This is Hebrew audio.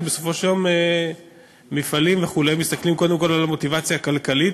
כי בסופו של יום מפעלים וכו' מסתכלים קודם כול על המוטיבציה הכלכלית,